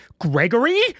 Gregory